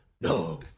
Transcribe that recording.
No